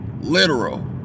literal